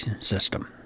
system